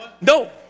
no